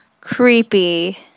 Creepy